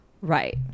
right